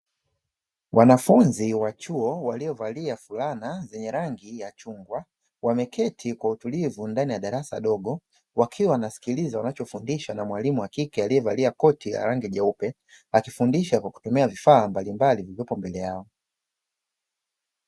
Wanafunzi wa chuo waliovalia fulana zenye rangi ya chungwa wameketi kwa utulivu ndani ya darasa dogo, wakiwa wanasikiliza wanachofundishwa na mwalimu wa kike aliyevalia koti la rangi jeupe, akifundisha kwa kutumia vifaa mbalimbali vilivyopo mbele yao.